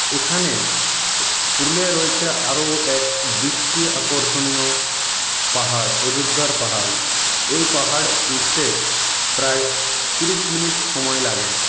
এখানে পুরুলিয়ায় রয়েছে আরও এক দৃষ্টি আকর্ষণীয় পাহাড় অযোধ্যার পাহাড় এই পাহাড় উঠতে প্রায় তিরিশ মিনিট সময় লাগে